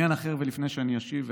בעניין אחר ולפני שאני אשיב,